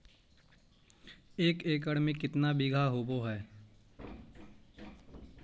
एक एकड़ में केतना बिघा होब हइ?